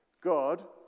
God